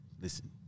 listen